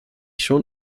schon